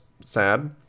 sad